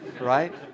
Right